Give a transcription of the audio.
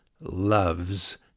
loves